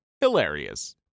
hilarious